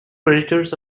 creditors